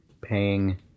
paying